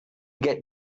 get